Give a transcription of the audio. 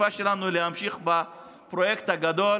השאיפה שלנו היא להמשיך בפרויקט הגדול